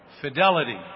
fidelity